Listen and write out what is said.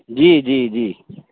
जी जी जी